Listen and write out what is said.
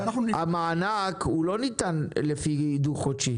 המענק לא ניתן לפי דו-חודשי.